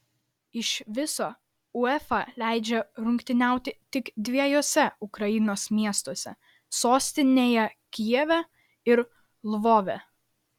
iš viso uefa leidžia rungtyniauti tik dviejuose ukrainos miestuose sostinėje kijeve ir lvove